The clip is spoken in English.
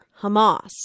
Hamas